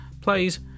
plays